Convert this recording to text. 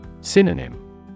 Synonym